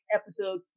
episode